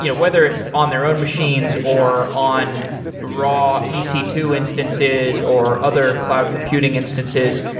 you know whether it's on their own machines or on raw e c two instances or other cloud computing instances,